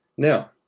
now,